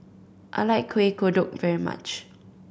I like Kueh Kodok very much